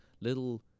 little